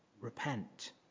repent